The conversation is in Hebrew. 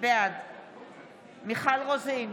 בעד מיכל רוזין,